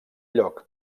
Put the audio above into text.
lloc